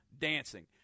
dancing